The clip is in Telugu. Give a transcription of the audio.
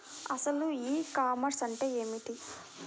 అసలు ఈ కామర్స్ అంటే ఏమిటి?